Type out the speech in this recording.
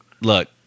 Look